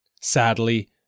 Sadly